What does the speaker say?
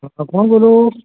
કોણ બોલો